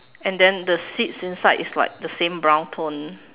and then the seats inside is what the same brown tone